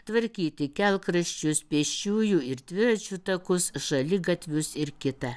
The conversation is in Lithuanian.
tvarkyti kelkraščius pėsčiųjų ir dviračių takus šaligatvius ir kita